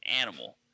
animal